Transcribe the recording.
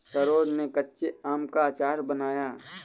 सरोज ने कच्चे आम का अचार बनाया